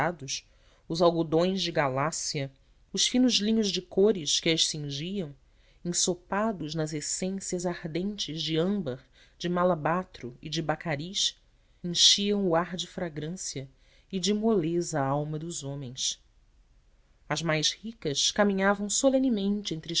bordados os algodões de galácia os finos linhos de cores que as cingiam ensopados nas essências ardentes de âmbar de malobatro e de bácaris enchiam o ar de fragrância e de moleza a alma dos homens as mais ricas caminhavam solenemente entre